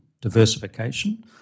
diversification